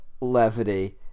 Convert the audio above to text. levity